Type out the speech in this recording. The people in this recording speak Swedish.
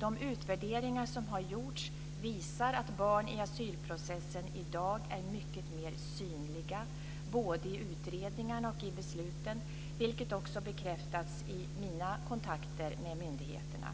De utvärderingar som har gjorts visar att barn i asylprocessen i dag är mycket mer synliga, både i utredningarna och i besluten, vilket också bekräftas i mina kontakter med myndigheterna.